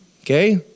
okay